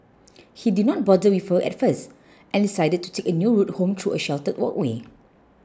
he did not bother with her at first and decided to take a new route home through a sheltered walkway